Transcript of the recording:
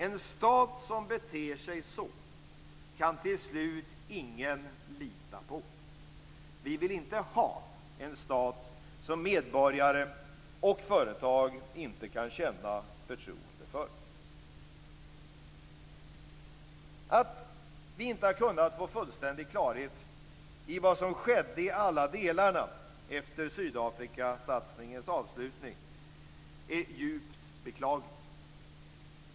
En stat som beter sig så kan till slut ingen lita på. Vi vill inte ha en stat som medborgare och företag inte kan känna förtroende för. Att vi inte har kunnat få fullständig klarhet i vad som skedde i alla delarna efter Sydafrikasatsningens avslutning är djupt beklagligt.